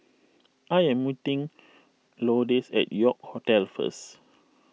I am meeting Lourdes at York Hotel first